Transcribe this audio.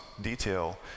detail